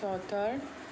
चॉतर